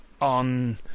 on